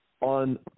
on